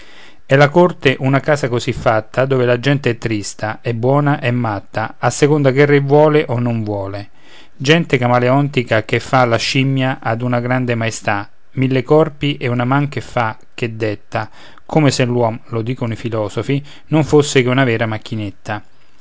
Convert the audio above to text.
è la corte una casa così fatta dove la gente è trista è buona è matta a seconda che il re vuole o non vuole gente camaleontica che fa la scimmia ad una grande maestà mille corpi e una man che fa che detta come se l'uom lo dicono i filosofi non fosse che una vera macchinetta